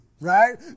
right